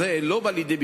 כולם אנשים טובים.